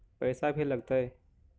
पैसा भी लगतय?